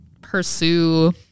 pursue